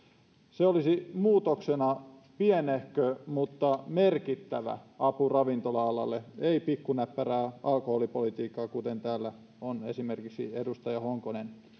se olisi muutoksena pienehkö mutta merkittävä apu ravintola alalle ei pikkunäppärää alkoholipolitiikkaa kuten täällä on esimerkiksi edustaja honkonen